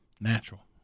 natural